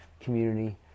community